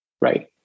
right